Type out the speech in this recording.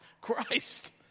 Christ